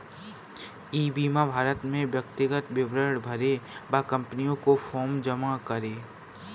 ई बीमा खाता में व्यक्तिगत विवरण भरें व कंपनी को फॉर्म जमा करें